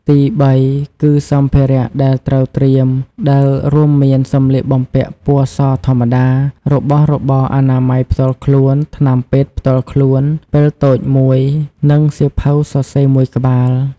ទីបីគឺ សម្ភារៈដែលត្រូវត្រៀម ដែលរួមមានសម្លៀកបំពាក់ពណ៌សធម្មតា របស់របរអនាម័យផ្ទាល់ខ្លួន ថ្នាំពេទ្យផ្ទាល់ខ្លួន ពិលតូចមួយ និងសៀវភៅសរសេរមួយក្បាល។